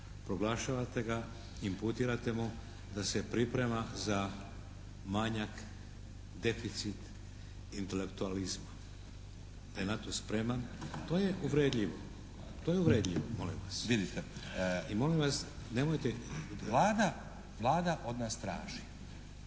proglašavate ga, imputirate mu da se priprema za manjak, deficit intelektualizma da je na to spreman, to je uvredljivo, to je uvredljivo molim vas vidite. I molim vas nemojte, Vlada od nas traži